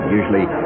usually